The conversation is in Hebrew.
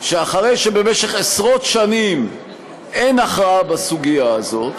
שאחרי שבמשך עשרות שנים אין הכרעה בסוגיה הזאת,